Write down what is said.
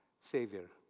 Savior